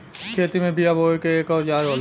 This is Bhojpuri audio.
खेती में बिया बोये के एक औजार होला